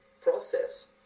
process